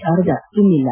ಶಾರದಾ ಇನ್ನಿಲ್ಲ